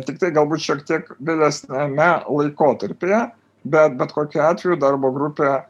tiktai galbūt šiek tiek vėlesniame laikotarpyje bet bet kokiu atveju darbo grupė